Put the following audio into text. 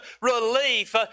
relief